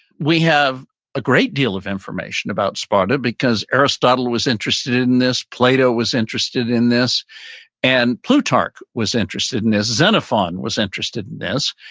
we have a great deal of information about spartan because aristotle was interested in this, plato was interested in this and plutarch was interested in this, xenophon was interested in this,